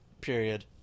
Period